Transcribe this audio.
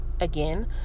Again